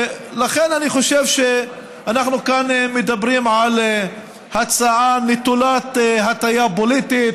אני חושב שאנחנו מדברים כאן על הצעה נטולת הטיה פוליטית,